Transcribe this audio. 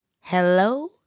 Hello